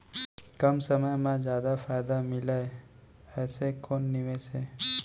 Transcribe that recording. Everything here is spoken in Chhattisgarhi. कम समय मा जादा फायदा मिलए ऐसे कोन निवेश हे?